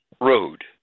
road